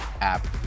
app